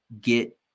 get